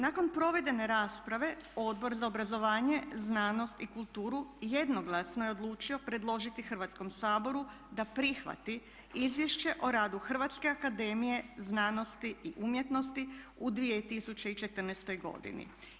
Nakon provedene rasprave Odbor za obrazovanje, znanost i kulturu jednoglasno je odlučio predložiti Hrvatskom saboru da prihvati Izvješće o radu Hrvatske akademije znanosti i umjetnosti u 2014. godini.